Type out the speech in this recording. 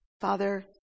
Father